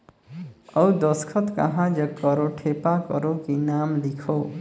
अउ दस्खत कहा जग करो ठेपा करो कि नाम लिखो?